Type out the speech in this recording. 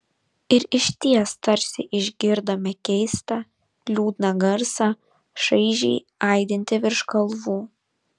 ir išties tarsi išgirdome keistą liūdną garsą šaižiai aidintį virš kalvų